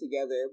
together